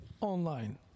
online